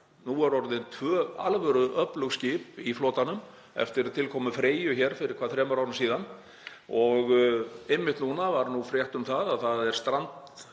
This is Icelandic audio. Nú eru orðin tvö alvöruöflug skip í flotanum eftir tilkomu Freyju hér fyrir þremur árum síðan og einmitt núna var frétt um að það er strandað